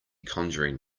conjuring